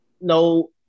no